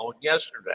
yesterday